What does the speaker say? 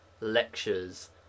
lectures